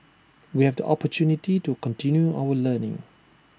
we have the opportunity to continue our learning